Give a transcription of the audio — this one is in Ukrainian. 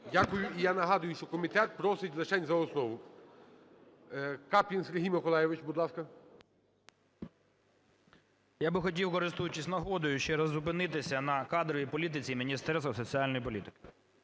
Дякую. І я нагадую, що комітет просить лишень за основу. Каплін Сергій Миколайович, будь ласка. 10:56:25 КАПЛІН С.М. Я хотів, користуючись нагодою, ще раз зупинитися на кадровій політиці Міністерства соціальної політики.